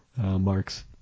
marks